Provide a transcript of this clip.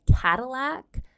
Cadillac